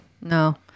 No